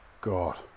God